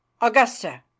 Augusta